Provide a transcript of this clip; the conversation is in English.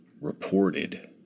reported